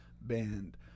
band